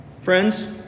Friends